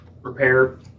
repair